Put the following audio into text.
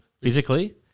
physically